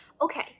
Okay